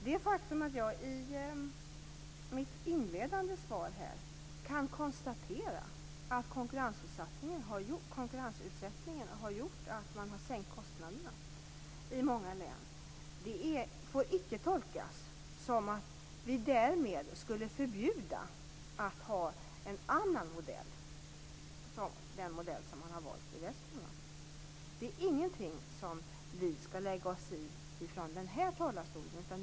Det faktum att jag i mitt inledande svar kan konstatera att konkurrensutsättningen har gjort att man har sänkt kostnaderna i många län får icke tolkas som att vi därmed skulle förbjuda en annan modell, som den modell man har valt i Västmanland. Det är ingenting som vi skall lägga oss i från den här talarstolen.